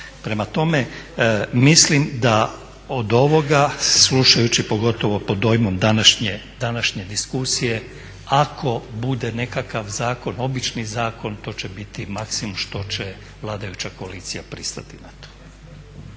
Prema tome mislim da od ovoga, slušajući pogotovo pod dojmom današnje diskusije, ako bude nekakav zakon, obični zakon, to će biti maksimum što će vladajuća koalicija pristati na to.